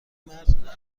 مرد